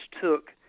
took